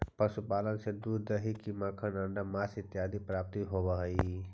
पशुपालन से दूध, दही, घी, मक्खन, अण्डा, माँस इत्यादि के प्राप्ति होवऽ हइ